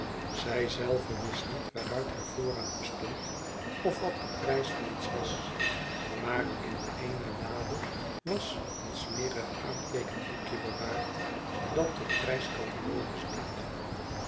zij zelve wist niet waaruit haar voorraad bestond of wat de prijs van iets was maar in eene lade was een smerig aanteekenboekje bewaard dat tot prijscatalogus diende